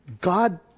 God